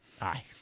aye